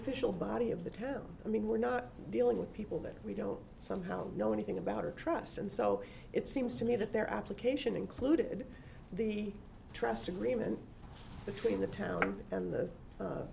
official body of the town i mean we're not dealing with people that we don't somehow know anything about or trust and so it seems to me that their application included the trust agreement between the town and the